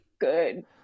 good